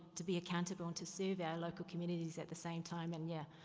to be accountable to serve our local communities at the same time and yeah